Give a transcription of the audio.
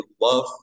love